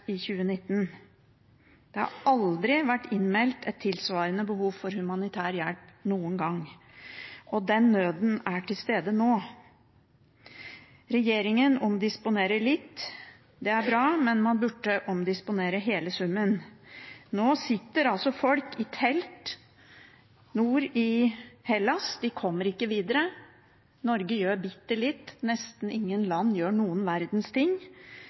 i 2019. Det har aldri noen gang vært innmeldt et tilsvarende behov for humanitær hjelp, og den nøden er til stede nå. Regjeringen omdisponerer litt – det er bra – men man burde omdisponere hele summen. Nå sitter det folk i telt nord i Hellas, de kommer ikke videre. Norge gjør bitte litt – nesten ingen land gjør noen verdens ting.